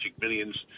Millions